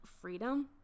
freedom